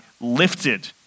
lifted